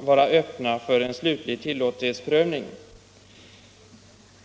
vara öppen för en slutlig tilllåtlighetsprövning.